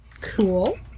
Cool